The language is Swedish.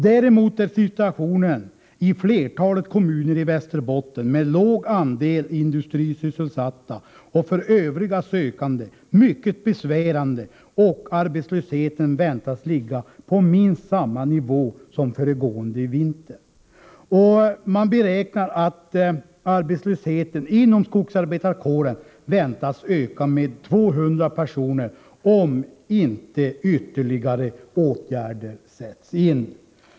Däremot är situationen i flertalet kommuner i Västerbotten med låg andel industrisysselsatta och för övriga sökande mycket besvärande, och arbetslösheten väntas ligga på minst samma nivå som föregående vinter. Arbetslösheten inom skogsarbetarkåren väntas öka med 200 personer om inte ytterligare åtgärder sätts in.